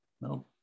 No